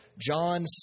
John